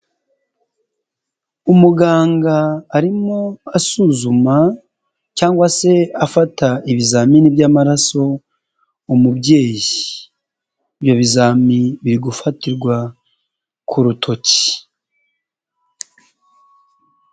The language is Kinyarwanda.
Umuganga arimo asuzuma cyangwa se afata ibizamini by'amararaso umubyeyi, ibyo bizami biri gufatirwa ku rutoki.